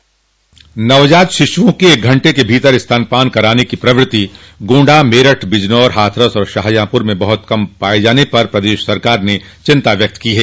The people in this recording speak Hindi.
नवजात शिश्रओं के एक घंटे के भीतर स्तनपान कराने की प्रवृत्ति गोण्डा मेरठ बिजनौर हाथरस और शाहजहांपुर में बहत कम पाये जाने पर प्रदेश सरकार ने चिंता व्यक्त की है